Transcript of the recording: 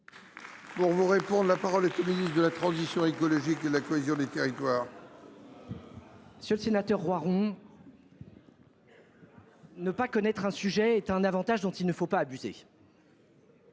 notre pays ? La parole est à M. le ministre de la transition écologique et de la cohésion des territoires. Monsieur le sénateur Roiron, ne pas connaître un sujet est un privilège dont il ne faut pas abuser…